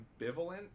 ambivalent